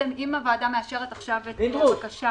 אם הוועדה מאשרת עכשיו את הבקשה